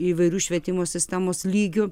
įvairių švietimo sistemos lygių